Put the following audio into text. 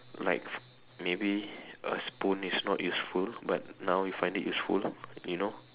like maybe a spoon is not useful but now you find it useful you know